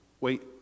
Wait